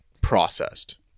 processed